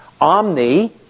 Omni